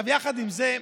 יחד עם זה,